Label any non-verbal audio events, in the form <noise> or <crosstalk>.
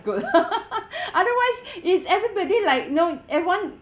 good <laughs> otherwise <breath> is everybody like no everyone